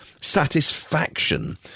satisfaction